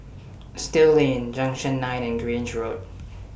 Still Lane Junction nine and Grange Road